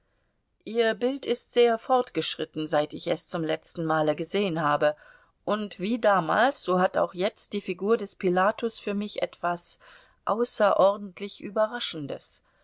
ihr bild ist sehr fortgeschritten seit ich es zum letzten male gesehen habe und wie damals so hat auch jetzt die figur des pilatus für mich etwas außerordentlich überraschendes